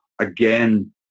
again